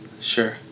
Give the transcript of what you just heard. Sure